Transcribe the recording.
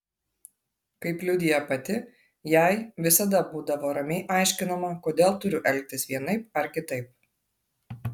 kaip liudija pati jai visada būdavo ramiai aiškinama kodėl turiu elgtis vienaip ar kitaip